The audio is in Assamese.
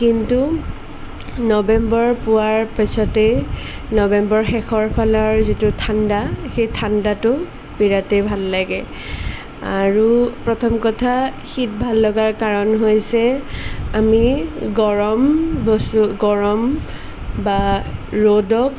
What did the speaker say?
কিন্তু নৱেম্বৰ পোৱাৰ পিছতেই নৱেম্বৰৰ শেষৰফালে আৰু যিটো ঠাণ্ডা সেই ঠাণ্ডাটো বিৰাটেই ভাল লাগে আৰু প্ৰথম কথা শীত ভাল লগাৰ কাৰণ হৈছে আমি গৰম বস্তু গৰম বা ৰ'দক